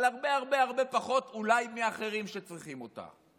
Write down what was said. אבל הרבה הרבה הרבה פחות אולי משאחרים צריכים אותה.